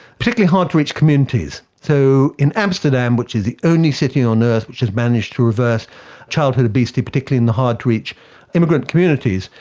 particularly in hard to reach communities. so in amsterdam, which is the only city on earth which has managed to reverse childhood obesity, particularly in the hard to reach immigrant communities,